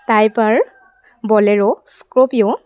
টাইপাৰ Bolero Scorpio